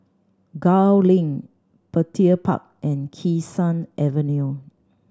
Gul Link Petir Park and Kee Sun Avenue